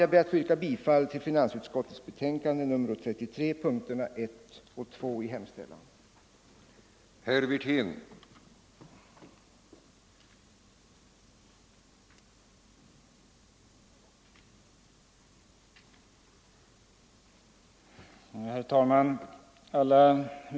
Jag ber att få yrka bifall till finansutskottets hemställan under punkterna 1 och 2 i dess betänkande nr 33.